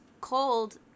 cold